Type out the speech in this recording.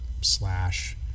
Slash